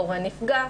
הורה נפגע.